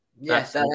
Yes